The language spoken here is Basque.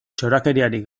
txorakeriarik